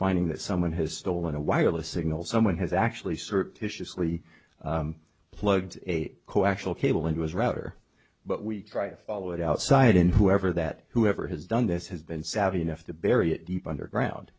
finding that someone has stolen a wireless signal someone has actually sort tisha slee plugged a co actual cable into his router but we try to follow it outside in whoever that whoever has done this has been savvy enough to bury it deep underground